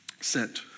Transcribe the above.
sent